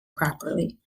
properly